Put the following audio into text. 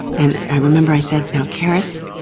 and i remember i said now caris,